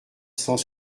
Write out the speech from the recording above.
cent